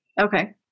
Okay